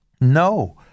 No